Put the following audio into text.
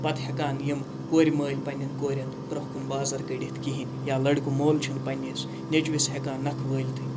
پَتہٕ ہیٚکان یِم کورِ مٲلۍ پَننؠن کورٮ۪ن برونٛہہ کُن بازر کٔڑِتھ کِہیٖنۍ یا لٔڑکہٕ مول چھُنہٕ پنٛنِس نیٚچوِس ہیٚکان نَکھٕ وٲلۍ تھٕے